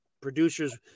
producers